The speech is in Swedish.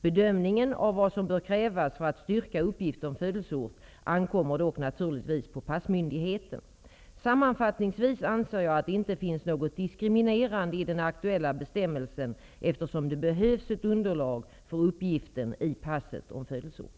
Bedömningen av vad som bör krävas för att styrka uppgift om födelseort ankommer dock naturligtvis på passmyndigheten. Sammanfattningsvis anser jag att det inte finns något diskriminerande i den aktuella bestämmelsen eftersom det behövs ett underlag för uppgiften i passet om födelseort.